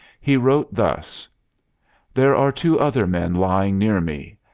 he wrote thus there are two other men lying near me,